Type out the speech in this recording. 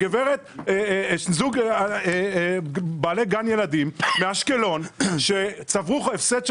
שזוג בעלי גן ילדים מאשקלון שצברו הפסד של